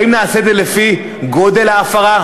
האם נעשה את זה לפי גודל ההפרה,